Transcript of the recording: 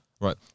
right